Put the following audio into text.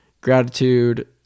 gratitude